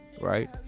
right